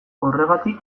horregatik